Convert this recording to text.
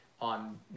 on